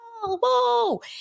Whoa